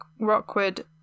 Rockwood